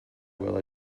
will